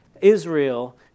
Israel